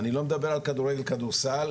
אני לא מדבר על כדורגל וכדורסל,